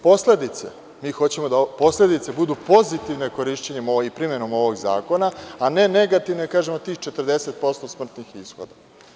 Posledice, mi hoćemo da posledice budu pozitivne korišćenjem i primenom ovog zakona, a ne negativne, kažemo tih 40% smrtnih ishoda.